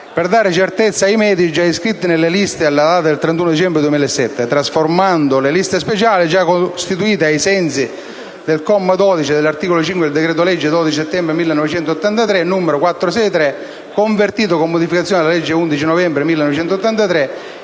per dare certezza ai medici già iscritti nelle liste alla data del 31 dicembre 2007, trasformando le liste speciali, già costituite ai sensi del comma 12 dell'articolo 5 del decreto-legge n. 463 del 12 settembre 1983, convertito, con modificazioni, dalla legge n. 638 dell'11 novembre 1983,